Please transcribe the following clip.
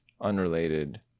unrelated